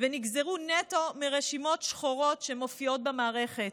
ונגזרו נטו מרשימות שחורות שמופיעות במערכת.